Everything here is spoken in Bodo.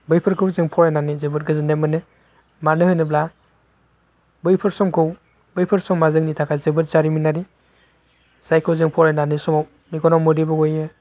बैफोरखौ जों फरायनानै जोबोर गोजोन्नाय मोनो मानो होनोब्ला बैफोर समखौ बैफोर समा जोंनि थाखाय जोबोर जारिमिनारि जायखौ जों फरायनानै समाव मेगनाव मोदैबो गयो